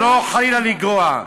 ולא חלילה לגרוע.